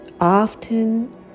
Often